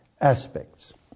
aspects